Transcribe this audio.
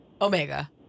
Omega